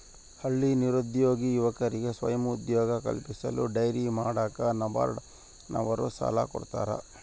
ಹಳ್ಳಿ ನಿರುದ್ಯೋಗಿ ಯುವಕರಿಗೆ ಸ್ವಯಂ ಉದ್ಯೋಗ ಕಲ್ಪಿಸಲು ಡೈರಿ ಮಾಡಾಕ ನಬಾರ್ಡ ನವರು ಸಾಲ ಕೊಡ್ತಾರ